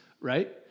right